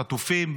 חטופים,